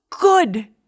good